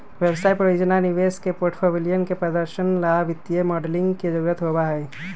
व्यवसाय, परियोजना, निवेश के पोर्टफोलियन के प्रदर्शन ला वित्तीय मॉडलिंग के जरुरत होबा हई